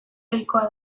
ohikoa